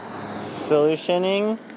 solutioning